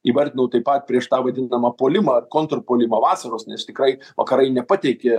įvardinau taip pat prieš tą vadinamą puolimą kontrpuolimą vasaros nes tikrai vakarai nepateikė